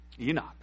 enoch